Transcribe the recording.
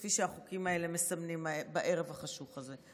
כפי שהחוקים האלה מסמנים בערב החשוך הזה.